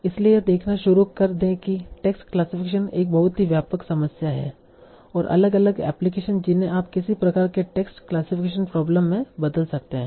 इसलिए यह देखना शुरू कर दें कि टेक्स्ट क्लासिफिकेशन एक बहुत ही व्यापक समस्या है और अलग अलग एप्लीकेशन जिन्हें आप किसी प्रकार के टेक्स्ट क्लासिफिकेशन प्रॉब्लम में बदल सकते हैं